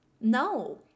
No